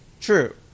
True